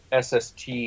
SST